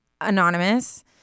anonymous